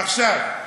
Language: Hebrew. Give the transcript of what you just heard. עכשיו,